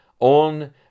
on